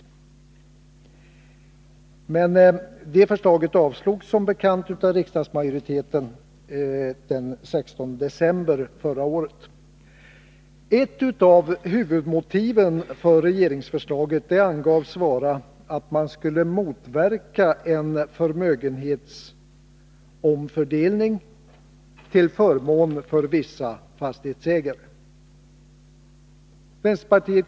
Men det förslaget avslogs som bekant av riksdagsmajoriteten den 16 december förra året. Ett av huvudmotiven för regeringsförslaget angavs vara att man skulle motverka en förmögenhetsomfördelning till förmån för vissa fastighetsägare.